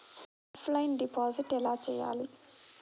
Offline deposit ఎలా చేయాలి?